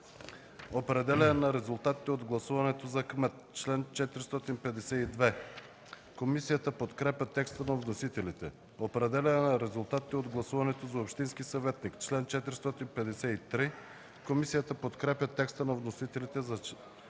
„Определяне на резултатите от гласуването за кмет”, чл. 452. Комисията подкрепя текста на вносителите. „Определяне на резултатите от гласуването за общински съветник”, чл. 453. Комисията подкрепя текста на вносителите за чл.